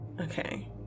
Okay